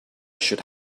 should